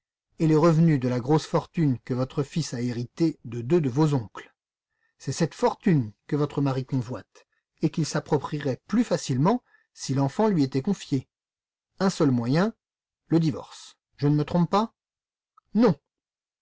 et les revenus de la grosse fortune que votre fils a héritée de deux de vos oncles c'est cette fortune que votre mari convoite et qu'il s'approprierait plus facilement si l'enfant lui était confié un seul moyen le divorce je ne me trompe pas non